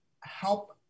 help